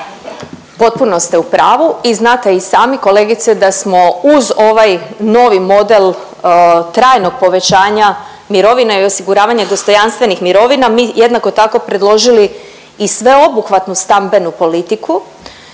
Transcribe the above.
Potpuno ste u pravu i znate i sami kolegice da smo uz ovaj novi model trajnog povećanja mirovine i osiguravanja dostojanstvenih mirovina mi jednako tako predložili i sveobuhvatnu stambenu politiku